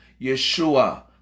Yeshua